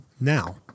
Now